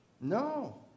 No